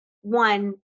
one